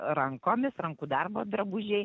rankomis rankų darbo drabužiai